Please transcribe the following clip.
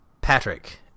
Patrick